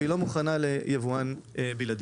והיא לא מוכנה ליבואן בלעדי.